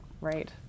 Right